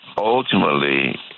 ultimately